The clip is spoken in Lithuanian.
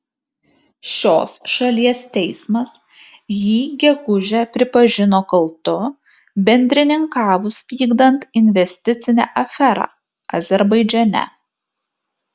šios šalies teismas jį gegužę pripažino kaltu bendrininkavus vykdant investicinę aferą azerbaidžane